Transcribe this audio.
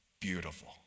beautiful